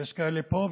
ויש כאלה פה,